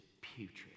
putrid